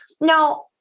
Now